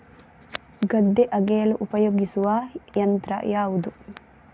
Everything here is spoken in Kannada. ಗದ್ದೆ ಅಗೆಯಲು ಉಪಯೋಗಿಸುವ ಯಂತ್ರ ಯಾವುದು?